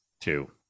two